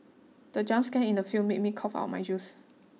the jump scare in the film made me cough out my juice